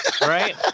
Right